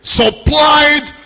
supplied